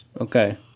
Okay